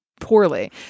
poorly